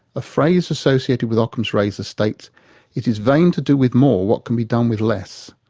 a phrase associated with ockham's razor states it is vain to do with more what can be done with less.